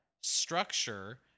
structure